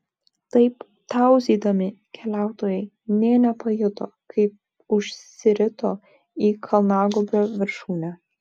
taip tauzydami keliautojai nė nepajuto kaip užsirito į kalnagūbrio viršūnę